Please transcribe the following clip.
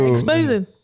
Exposing